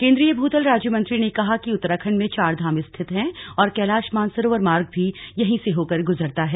केंद्रीय भूतल राज्यमंत्री ने कहा कि उत्तराखण्ड में चारधाम स्थित हैं और कैलाश मानसरोवर मार्ग भी यही से होकर गुजरता है